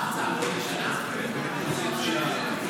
מה ההצעה, שזה יהיה שנה?